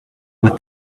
with